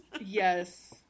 Yes